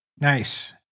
Nice